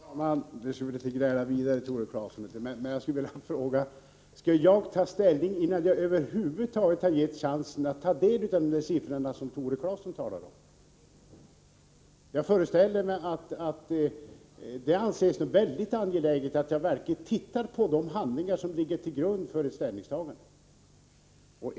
Fru talman! Vi skall väl inte gräla vidare, Tore Claeson. Jag vill bara fråga: Skall jag ta ställning innan jag över huvud taget har getts chansen att ta del av de siffror som Tore Claeson talar om? Jag föreställer mig att det anses som mycket angeläget att jag verkligen studerar de handlingar som ligger till grund för ett ställningstagande.